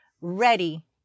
ready